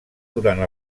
durant